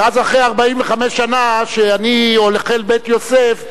ואז אחרי 45 שנה שאני אוכל "בית יוסף",